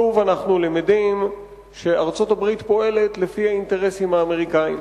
שוב אנחנו למדים שארצות-הברית פועלת לפי האינטרסים האמריקניים,